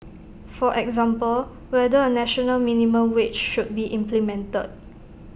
for example whether A national minimum wage should be implemented